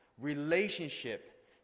relationship